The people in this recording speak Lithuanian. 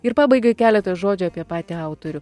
ir pabaigai keletas žodžių apie patį autorių